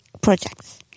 projects